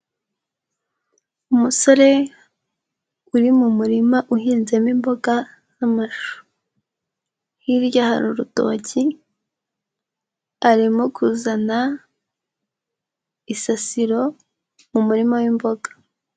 Umusore uri mu murima uhinzemo imboga z'amashu. Hirya hari urutoki, arimo kuzana isasiro mu murima w'imboga.